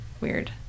weird